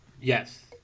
Yes